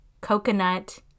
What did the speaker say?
coconut